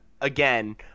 again